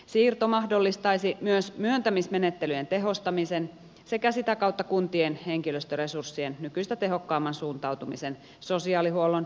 siirto mahdollistaisi myös myöntämismenettelyjen tehostamisen sekä sitä kautta kuntien henkilöstöresurssien nykyistä tehokkaamman suuntautumisen sosiaalihuollon asiakastyöhön